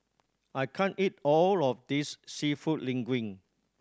I can't eat all of this Seafood Linguine